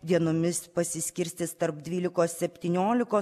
dienomis pasiskirstys tarp dvylikos septyniolikos